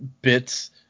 bits